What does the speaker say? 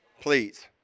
Please